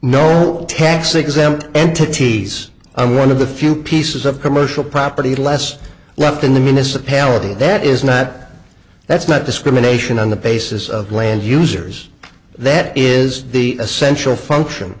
no tax exempt entities i'm one of the few pieces of commercial property less left in the municipality that is not that's not discrimination on the basis of land users that is the essential function